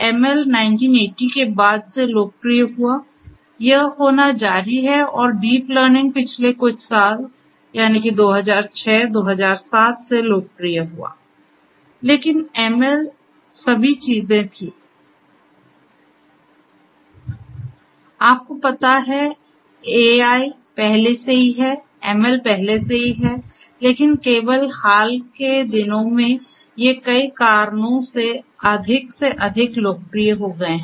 ML 1980 के बाद से लोकप्रिय हुआ यह होना जारी है और डीप लर्निंग पिछले कुछ साल 2006 2007 से लोकप्रिय हुआ लेकिन एमएल सभी चीजें थी आपको पता है AI पहले से ही है ML पहले से ही है लेकिन केवल हाल के दिनों में ये कई कारणों से अधिक से अधिक लोकप्रिय हो गए हैं